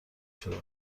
شدن